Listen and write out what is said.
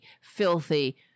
filthy